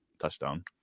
touchdown